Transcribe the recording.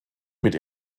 mit